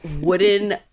wooden